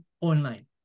online